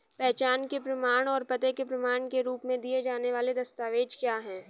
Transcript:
पहचान के प्रमाण और पते के प्रमाण के रूप में दिए जाने वाले दस्तावेज क्या हैं?